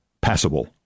passable